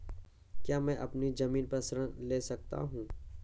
क्या मैं अपनी ज़मीन पर ऋण ले सकता हूँ?